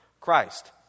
Christ